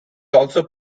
also